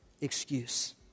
Excuse